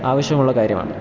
ആവശ്യമുള്ള കാര്യമാണ്